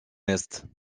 est